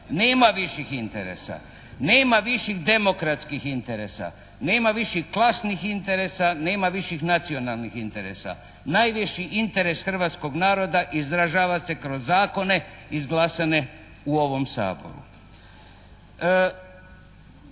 Nema viših interesa. Nema viših demokratskih interesa. Nema viših klasnih interesa. Nema viših nacionalnih interesa. Najviši interes hrvatskog naroda izražava se kroz zakone izglasane u ovom Saboru.